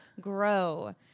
grow